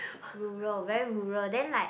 rural very rural then like